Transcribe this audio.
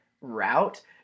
route